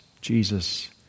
Jesus